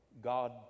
God